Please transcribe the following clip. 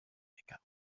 wecker